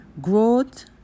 Growth